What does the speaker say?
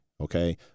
okay